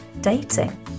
dating